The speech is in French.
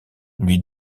lui